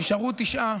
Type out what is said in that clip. נשארו תשעה.